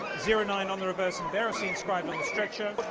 zero nine on the reverse, embarrassing inscribed on the picture,